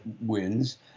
wins